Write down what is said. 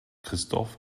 christoph